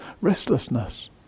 restlessness